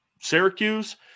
Syracuse